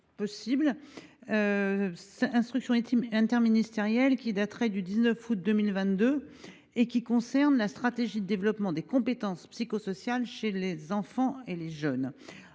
sur une instruction interministérielle du 19 août 2022 concernant la stratégie de développement des compétences psychosociales chez les enfants et les jeunes.